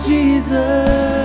Jesus